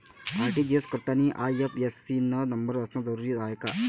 RTGS करतांनी IFSC न number असनं जरुरीच हाय का?